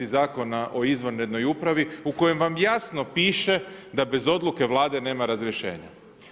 Zakona o izvanrednoj upravi u kojem vam jasno piše da bez odluke Vlade nema razrješenja.